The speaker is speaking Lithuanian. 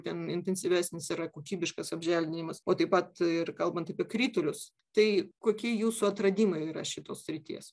ten intensyvesnis yra kokybiškas apželdinimas o taip pat ir kalbant apie kritulius tai kokie jūsų atradimai yra šitos srities